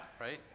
right